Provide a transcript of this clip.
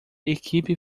equipe